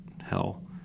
hell